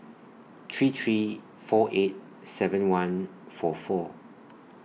three three four eight seven one four four